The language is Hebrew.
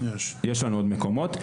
יש לנו עוד מקומות,